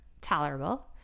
tolerable